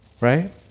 right